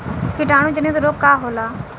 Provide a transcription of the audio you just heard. कीटाणु जनित रोग का होला?